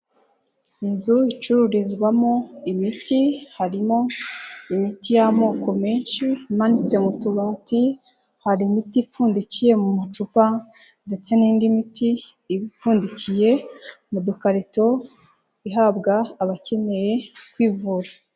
Inzu icururizwamo imiti, harimo imiti y'amoko menshi imanitse mu tubati, hari imiti ipfundikiye mu macupa ndetse n'indi miti iba ipfundikiye mu dukarito, ihabwa abakeneye kwivura.